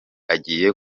agiye